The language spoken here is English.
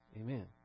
Amen